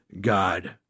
God